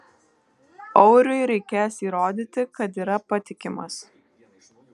auriui reikės įrodyti kad yra patikimas